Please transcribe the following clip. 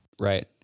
Right